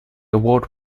award